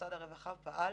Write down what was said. שמשרד הרווחה פעל,